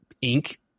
ink